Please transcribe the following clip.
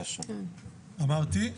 אמרתי.